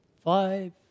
five